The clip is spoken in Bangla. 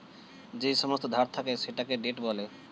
যেই সমস্ত ধার থাকে সেটাকে ডেট বলে